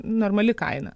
normali kaina